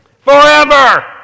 Forever